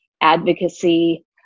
advocacy